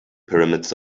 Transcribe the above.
pyramids